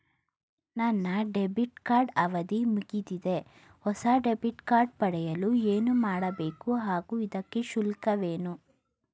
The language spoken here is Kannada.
ನನ್ನ ಡೆಬಿಟ್ ಕಾರ್ಡ್ ಅವಧಿ ಮುಗಿದಿದೆ ಹೊಸ ಡೆಬಿಟ್ ಕಾರ್ಡ್ ಪಡೆಯಲು ಏನು ಮಾಡಬೇಕು ಹಾಗೂ ಇದಕ್ಕೆ ಶುಲ್ಕವೇನು?